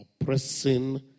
oppressing